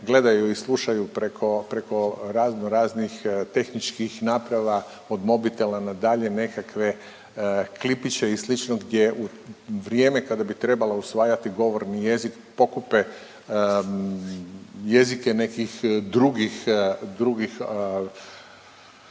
gledaju i slušaju preko raznoraznih tehničkih naprava od mobitela na dalje, nekakve klipiće i slično, gdje u vrijeme kada bi trebala usvajati, mi jezik pokupe jezike nekih drugih,